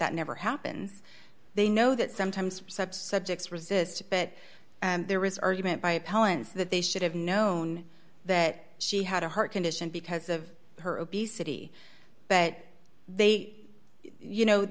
that never happens they know that sometimes sub subjects resist it and there was argument by appellants that they should have known that she had a heart condition because of her obesity but they you know